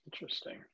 interesting